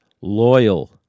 loyal